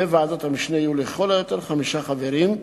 בוועדת המשנה יהיו לכל היותר חמישה חברים,